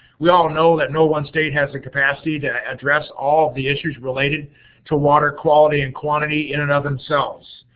we all know that no one state has the capacity to address all of the issues related to water quality and quantity in it and of themselves.